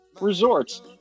resorts